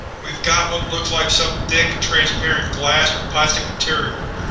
we've got what looks like some thick, transparent glass or plastic material.